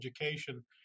education